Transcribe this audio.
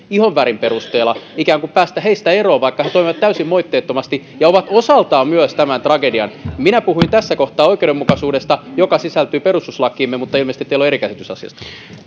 ihonvärin perusteella ikään kuin päästä heistä eroon vaikka he toimivat täysin moitteettomasti ja ovat osaltaan myös tämän tragedian minä puhuin tässä kohtaa oikeudenmukaisuudesta joka sisältyy perustuslakiimme mutta ilmeisesti teillä on eri käsitys asiasta